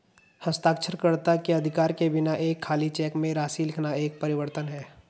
हस्ताक्षरकर्ता के अधिकार के बिना एक खाली चेक में राशि लिखना एक परिवर्तन है